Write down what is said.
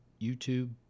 YouTube